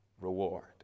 reward